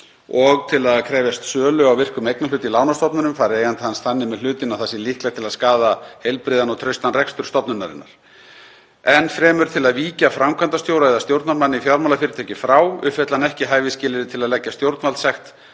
og til að krefjast sölu á virkum eignarhlut í lánastofnun fari eigandi hans þannig með hlutinn að það sé líklegt til að skaða heilbrigðan og traustan rekstur stofnunarinnar. Enn fremur til að víkja framkvæmdastjóra eða stjórnarmanni í fjármálafyrirtæki frá uppfylli hann ekki hæfisskilyrði og til að leggja stjórnvaldssekt